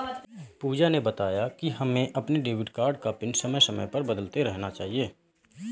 पूजा ने बताया कि हमें अपने डेबिट कार्ड का पिन समय समय पर बदलते रहना चाहिए